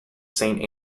saint